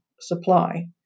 supply